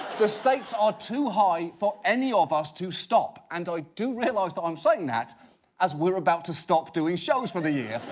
the stakes are too high for any of us to stop. and, i do realize that i'm saying that as we're about to stop doing shows for the year.